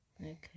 Okay